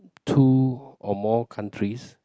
two or more countries